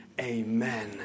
amen